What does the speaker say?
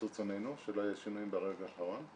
רצוננו שלא יהיו שינויים ברגע האחרון.